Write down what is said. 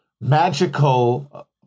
magical